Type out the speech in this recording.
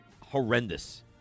horrendous